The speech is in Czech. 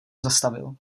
zastavil